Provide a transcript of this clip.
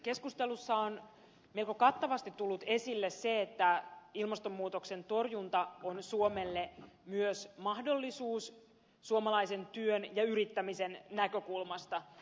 keskustelussa on melko kattavasti tullut esille se että ilmastonmuutoksen torjunta on suomelle myös mahdollisuus suomalaisen työn ja yrittämisen näkökulmasta